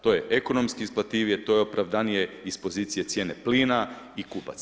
To je ekonomski isplativije, to je opravdanije iz pozicije cijene plina i kupaca.